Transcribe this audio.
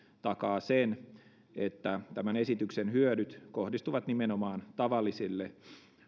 takaa sen että tämän esityksen hyödyt kohdistuvat nimenomaan tavallisille